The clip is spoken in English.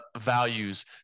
values